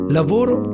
lavoro